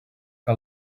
que